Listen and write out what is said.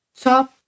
top